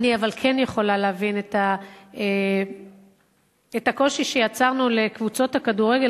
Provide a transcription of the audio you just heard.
אבל אני כן יכולה להבין את הקושי שיצרנו לקבוצות הכדורגל,